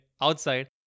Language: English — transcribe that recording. outside